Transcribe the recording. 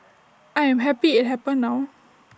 I am happy IT happened now